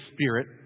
spirit